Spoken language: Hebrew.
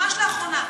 ממש לאחרונה,